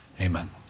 Amen